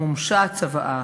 מומשה הצוואה